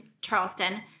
Charleston